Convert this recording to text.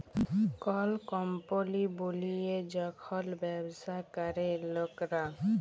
call কম্পলি বলিয়ে যখল ব্যবসা ক্যরে লকরা